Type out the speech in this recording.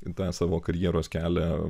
į tą savo karjeros kelią